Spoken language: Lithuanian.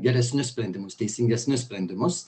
geresnius sprendimus teisingesnius sprendimus